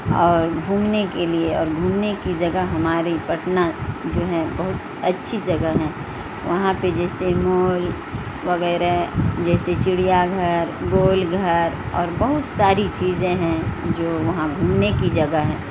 اور گھومنے کے لیے اور گھومنے کی جگہ ہماری پٹنہ جو ہے بہت اچھی جگہ ہیں وہاں پہ جیسے مول وغیرہ جیسے چڑیا گھر گول گھر اور بہت ساری چیزیں ہیں جو وہاں گھومنے کی جگہ ہے